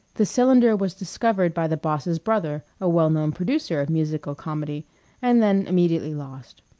the cylinder was discovered by the boss's brother, a well-known producer of musical comedy and then immediately lost.